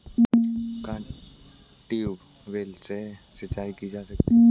क्या ट्यूबवेल से सिंचाई की जाती है?